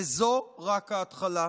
וזו רק ההתחלה.